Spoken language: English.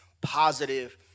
positive